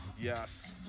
Yes